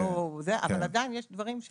אבל עדיין יש דברים.